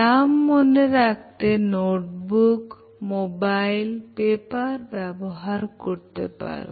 নাম মনে রাখতে নোটবুক মোবাইল পেপার ব্যবহার করতে পারো